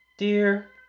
Dear